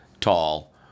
tall